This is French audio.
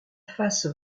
face